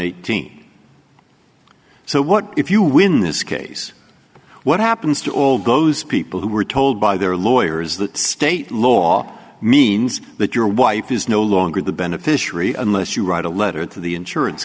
eighteen so what if you win this case what happens to all those people who were told by their lawyers that state law means that your wife is no longer the beneficiary unless you write a letter to the insurance